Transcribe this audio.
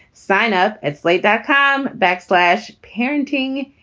sign up at slate. dot com. backslash parenting.